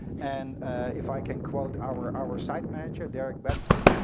and if i can quote our our site manager, derek bethkey,